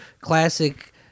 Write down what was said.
classic